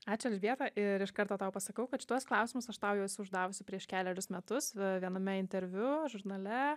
ačiū elžbieta ir iš karto tau pasakau kad šituos klausimus aš tau jau esu uždavusi prieš kelerius metus viename interviu žurnale